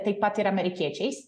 taip pat ir amerikiečiais